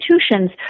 institutions